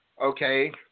Okay